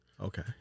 Okay